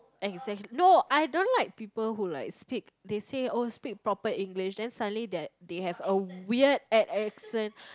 and he say no I don't like people who like speak they say oh speak proper English then suddenly that they have a weird ac~ accent